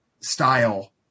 style